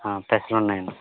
ఆ పెసలు ఉన్నాయండి